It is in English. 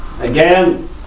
again